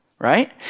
Right